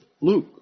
Luke